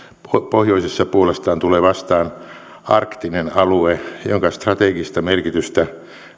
pohjoisessa puolestaan tulee vastaan arktinen alue jonka strategista merkitystä